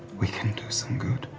we can do some good.